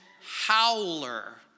howler